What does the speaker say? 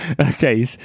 Okay